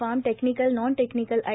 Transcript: form technical non technical I